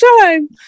time